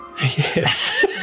yes